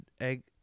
egg